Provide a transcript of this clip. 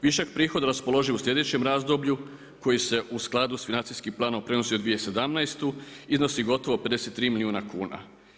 Višak prihoda raspoloživi je u sljedećem razdoblju, koji se u skladu sa financijskim planom prenosi u 2017. iznosi gotovo 53 milijuna kuna.